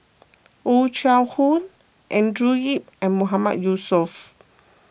Oh Chai Hoo Andrew Yip and Mahmood Yusof